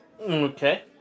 okay